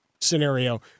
scenario